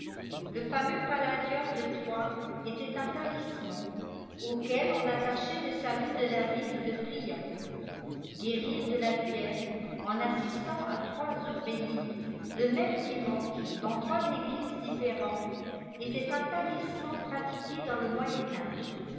le fameux palladium de troie était un talisman auquel on attachait le salut de la ville de priam guérir de la fièvre en assistant à trois eaux bénitea lo même dimanche dans trois églises différentes était un talisman pratiué dans le